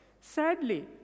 Sadly